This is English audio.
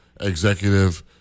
executive